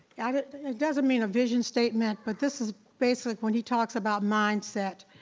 and it it doesn't mean a vision statement but this is basically when he talks about mindset,